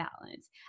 balance